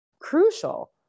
crucial